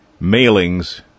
mailings